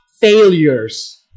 failures